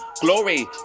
Glory